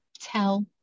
Tell